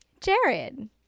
Jared